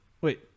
wait